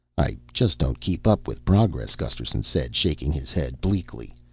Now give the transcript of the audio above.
i just don't keep up with progress, gusterson said, shaking his head bleakly.